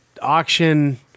auction